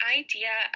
idea